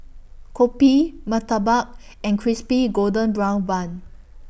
Kopi Murtabak and Crispy Golden Brown Bun